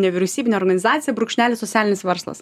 nevyriausybinė organizacija brūkšnelis socialinis verslas